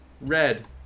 red